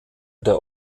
der